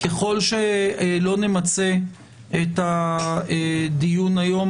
ככל שלא נמצה את הדיון היום,